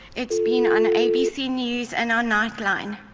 it's been on abc news and on nightline,